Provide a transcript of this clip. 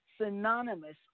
synonymous